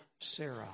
Sarah